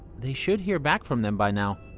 they should hear back from them by now.